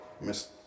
Miss